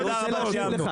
תודה רבה, סיימנו.